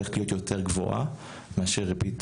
הולכת להיות הרבה יותר גבוהה מאשר ריבית